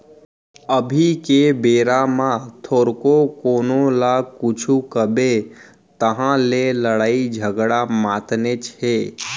अभी के बेरा म थोरको कोनो ल कुछु कबे तहाँ ले लड़ई झगरा मातनेच हे